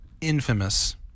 infamous